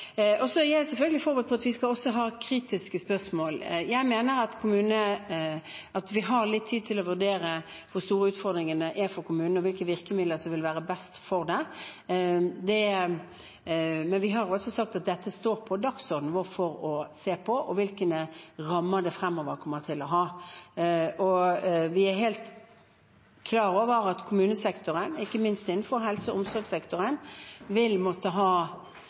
på at vi også skal ha kritiske spørsmål. Jeg mener at vi har litt tid til å vurdere hvor store utfordringene er for kommunene, og hvilke virkemidler som vil være best. Men vi har også sagt at det står på dagsordenen vår å se på hvilke rammer det kommer til å ha fremover. Vi er helt klar over at kommunesektoren, ikke minst innenfor helse- og omsorgssektoren, også vil måtte